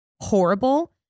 horrible